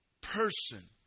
person